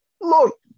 Look